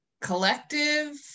collective